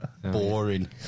boring